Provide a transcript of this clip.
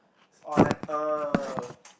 alright uh